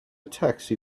taxi